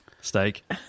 steak